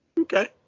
okay